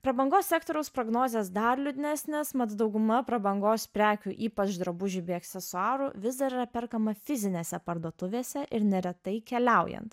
prabangos sektoriaus prognozės dar liūdnesnės mat dauguma prabangos prekių ypač drabužių bei aksesuarų vis dar yra perkama fizinėse parduotuvėse ir neretai keliaujant